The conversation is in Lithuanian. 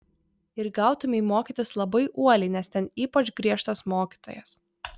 ir gautumei mokytis labai uoliai nes ten ypač griežtas mokytojas